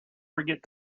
forget